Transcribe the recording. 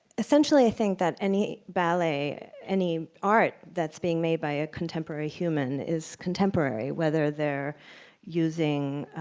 essentially i think that any ballet, any art, that's being made by a contemporary human is contemporary whether they're using